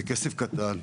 זה כסף קטן,